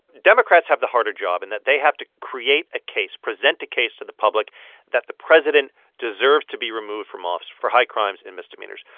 democrats have the harder job in and that they have to create a case, present a case to the public that the president deserves to be removed from office for high crimes and misdemeanors.